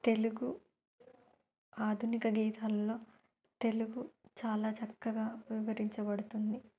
తెలుగు ఆధునిక గీతాల్లో తెలుగు చాలా చక్కగా వివరించబడుతుంది